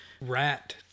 Rat